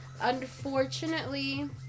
Unfortunately